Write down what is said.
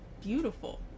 beautiful